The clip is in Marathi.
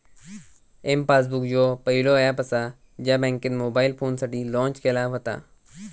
एम पासबुक ह्यो पहिलो ऍप असा ज्या बँकेन मोबाईल फोनसाठी लॉन्च केला व्हता